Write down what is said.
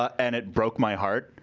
and it broke my heart.